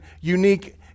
unique